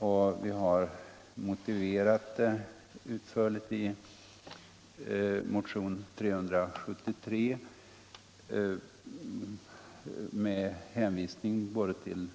Detta har vi utförligt motiverat i motionen med hänvisning både till